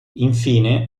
infine